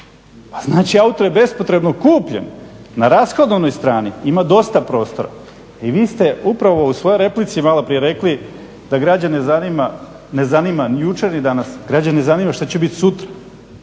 Pa znači auto je bespotrebno kupljen. Na rashodovnoj strani ima dosta prostora i vi ste upravo u svojoj replici maloprije rekli da građane ne zanima ni jučer ni danas, građane zanima što će biti sutra.